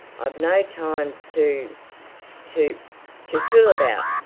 i've no time to to to fool about.